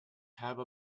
have